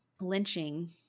lynching